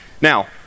Now